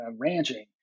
ranching